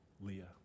Leah